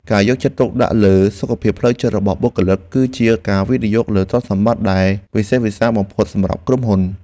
ការយកចិត្តទុកដាក់លើសុខភាពផ្លូវចិត្តរបស់បុគ្គលិក គឺជាការវិនិយោគលើទ្រព្យសម្បត្តិដែលវិសេសវិសាលបំផុតរបស់ក្រុមហ៊ុន។